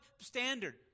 standard